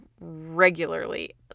regularly